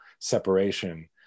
separation